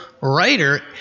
writer